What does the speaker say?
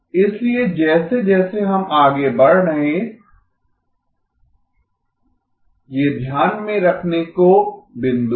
इसलिए जैसे जैसे हम आगे बढ़ रहे ये ध्यान मे रखने को बिंदु हैं